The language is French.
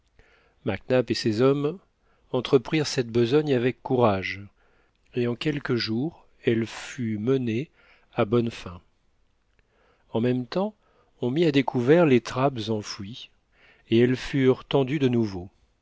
nap et ses hommes entreprirent cette besogne avec courage et en quelques jours elle fut menée à bonne fin en même temps on mit à découvert les trappes enfouies et elles furent tendues de nouveau